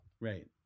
Right